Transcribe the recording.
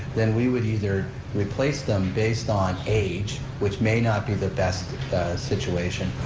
then we would either replace them based on age, which may not be the best situation,